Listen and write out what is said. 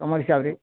ତୁମ ହିସାବରେ